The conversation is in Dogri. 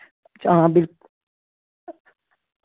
हां बिल